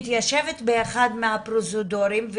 מתיישבת באחד מהפרוזדורים,